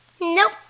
Nope